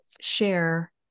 share